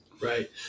Right